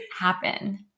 happen